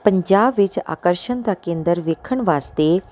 ਪੰਜਾਬ ਵਿੱਚ ਆਕਰਸ਼ਣ ਦਾ ਕੇਂਦਰ ਵੇਖਣ ਵਾਸਤੇ